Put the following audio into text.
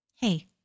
Hey